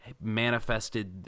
manifested